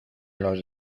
los